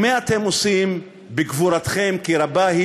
ומה אתם עושים בגבורתכם כי רבה?